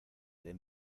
den